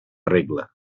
regla